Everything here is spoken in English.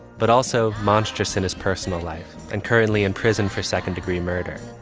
but also monstrous in his personal life and currently in prison for second degree murder.